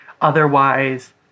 Otherwise